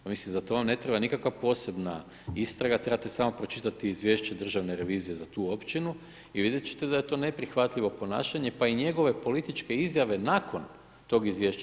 Pa mislim, za to vam ne treba nikakva posebna istraga, trebate samo pročitati izvješće državne revizije za tu općinu i vidjet ćete da je to neprihvatljivo ponašanje, pa i njegove političke izjave nakon tog izvješća.